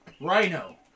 Rhino